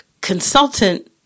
consultant